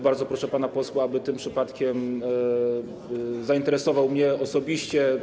Bardzo proszę pana posła, aby tym przypadkiem zainteresował mnie osobiście.